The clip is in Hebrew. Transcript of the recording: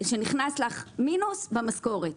שנכנס לך מינוס במשכורת.